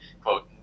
quote